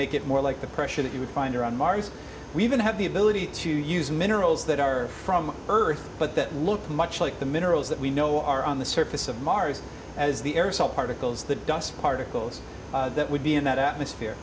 make it more like the pressure that you would find on mars we even have the ability to use minerals that are from earth but that look much like the minerals that we know are on the surface of mars as the aerosol particles the dust particles that would be in that atmosphere